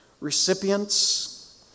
recipients